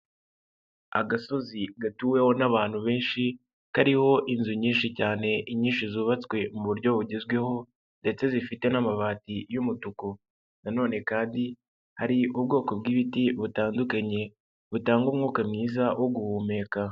Agasozi gatuweho n'abantu benshi, kariho inzu nyinshi cyane inyinshi zubatswe mu buryo bugezweho ndetse zifite n'amabati y'umutuku, nanone kandi hari ubwoko bw'ibiti butandukanye, butanga umwuka mwiza wo guhumeka.